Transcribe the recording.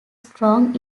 strong